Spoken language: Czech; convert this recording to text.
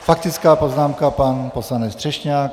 Faktická poznámka pan poslanec Třešňák.